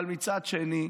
אבל מצד שני,